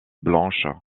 blanches